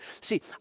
See